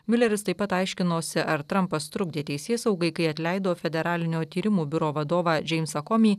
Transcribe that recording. miuleris taip pat aiškinosi ar trampas trukdė teisėsaugai kai atleido federalinio tyrimų biuro vadovą džeimsą komį